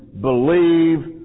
believe